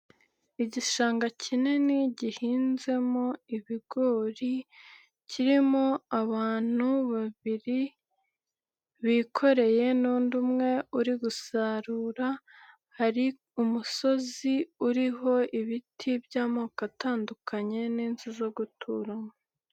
Igishanga kinini gihinzemo ibigori kirimo abantu babiri bikoreye n'undi umwe uri gusarura, hari umusozi uriho ibiti by'amoko atandukanye n'inzu zo guturamo.